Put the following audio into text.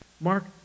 Mark